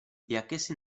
jakési